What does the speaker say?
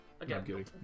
Again